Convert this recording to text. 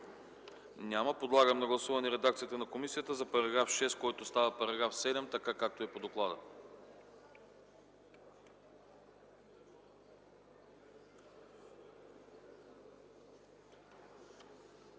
Няма. Подлагам на гласуване редакцията на комисията за § 16, който става § 22, така както е по доклада.